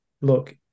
look